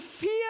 fear